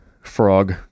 frog